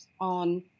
on